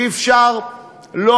אי-אפשר לדעת,